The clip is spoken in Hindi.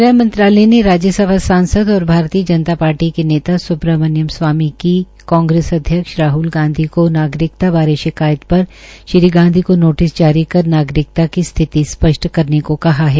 गृह मंत्रालय ने राज्य सभा सांसद और भारतीय जनता पार्टी के नेता स्ब्रमण्यम स्वामी की कांग्रेस अध्यक्ष राहल गांधी को नागरिकता बारे शिकायत पर श्री गांधी को नोटिस जारी कर नागरिकता की स्थिति को स्पष्ट करने कहा है